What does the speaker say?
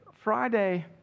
Friday